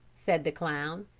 said the clown.